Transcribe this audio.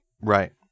Right